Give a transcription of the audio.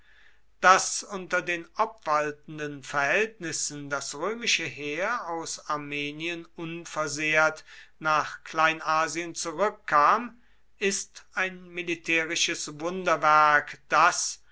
daß unter den obwaltenden verhältnissen das römische heer aus armenien unversehrt nach kleinasien zurückkam ist ein militärisches wunderwerk das